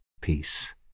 peace